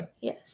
yes